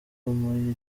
mwanya